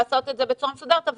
לעשות את זה בצורה מסודרת,